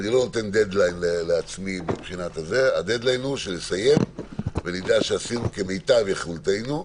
אני לא נותן דד-ליין לעצמי אלא כשנסיים ונדע שעשינו כמיטב יכולתנו.